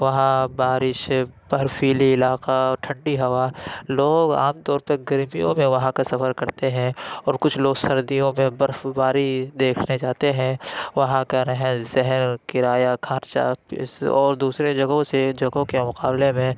وہاں بارش برفیلی علاقہ ٹھنڈی ہَوا لوگ عام طور پہ گرمیوں میں وہاں کا سفر کرتے ہیں اور کچھ لوگ سردیوں میں برفباری دیکھنے جاتے ہیں وہاں کا رہن سہن کرایہ اور دوسرے جگہوں سے جگہوں کے مقابلے میں